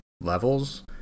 levels